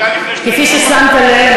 כפי ששמת לב,